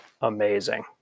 amazing